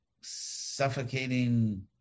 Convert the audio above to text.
suffocating